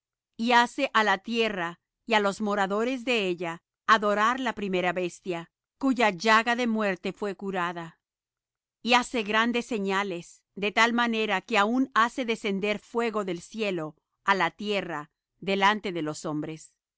y hace á la tierra y á los moradores de ella adorar la primera bestia cuya llaga de muerte fué curada y hace grandes señales de tal manera que aun hace descender fuego del cielo á la tierra delante de los hombres